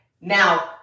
Now